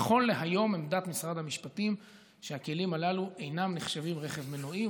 נכון להיום עמדת משרד המשפטים היא שהכלים הללו אינם נחשבים רכב מנועי,